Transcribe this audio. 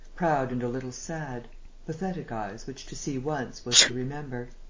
proud and a little sad pathetic eyes which to see once was to remember.